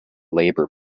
labour